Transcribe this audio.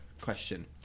question